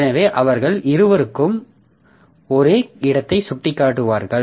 எனவே அவர்கள் இருவருக்கும் ஒரே இடத்தை சுட்டிக்காட்டுவார்கள்